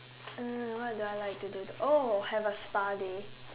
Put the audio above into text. uh what do I like to do oh have a spa day